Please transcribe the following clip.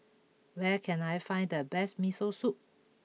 where can I find the best Miso Soup